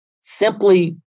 simply